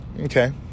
okay